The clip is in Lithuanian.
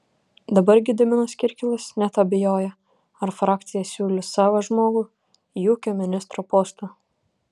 dabar gediminas kirkilas net abejoja ar frakcija siūlys savą žmogų į ūkio ministro postą